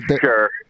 Sure